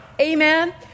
Amen